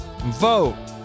vote